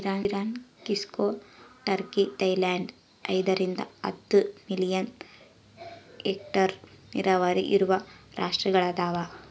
Iran ಕ್ಸಿಕೊ Turkey Thailand ಐದರಿಂದ ಹತ್ತು ಮಿಲಿಯನ್ ಹೆಕ್ಟೇರ್ ನೀರಾವರಿ ಇರುವ ರಾಷ್ಟ್ರಗಳದವ